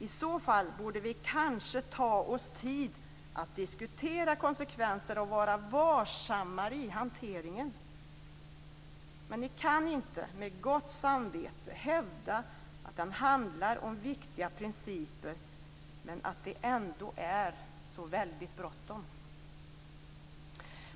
I så fall borde vi kanske ta oss tid att diskutera konsekvenserna och vara varsammare i hanteringen. Ni kan inte med gott samvete hävda att den handlar om viktiga principer men att det ändå är så väldigt bråttom.